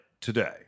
today